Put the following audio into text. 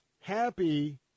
Happy